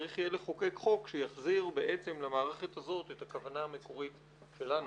צריך יהיה לחוקק חוק שיחזיר בעצם למערכת הזאת את הכוונה המקורית שלנו.